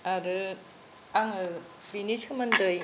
आरो आङो बिनि सोमोन्दै